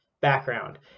background